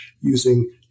using